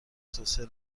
توسعه